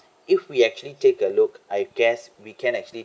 if we actually take a look I guess we can actually